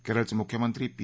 केरळचे मुख्यमंत्री पी